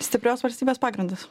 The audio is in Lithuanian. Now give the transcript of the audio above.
stiprios valstybės pagrindas